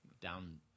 down